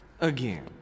Again